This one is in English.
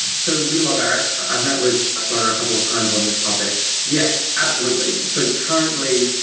so we love eric. i've met with flutter a couple of times on this topic. yes, absolutely. so currently,